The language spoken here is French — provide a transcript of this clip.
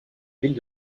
ville